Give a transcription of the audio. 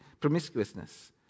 promiscuousness